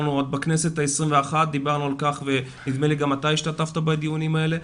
בכנסת ה-21 דיברנו על כך ונדמה לי שגם אתה השתתפת בדיונים האלה,